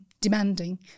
demanding